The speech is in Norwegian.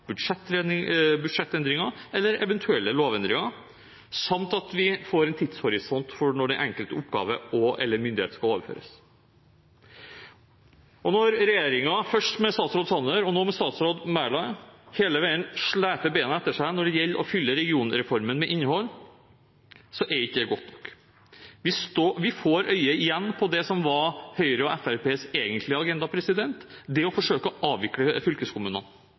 utredninger, budsjettendringer eller eventuelle lovendringer, samt at vi får en tidshorisont for når den enkelte oppgave og/eller myndighet skal overføres. Og når regjeringen, først med statsråd Sanner og nå med statsråd Mæland, hele veien sleper beina etter seg når det gjelder å fylle regionreformen med innhold, er ikke det godt nok. Vi får igjen øye på det som var Høyre og Fremskrittspartiets egentlige agenda: det å forsøke å avvikle fylkeskommunene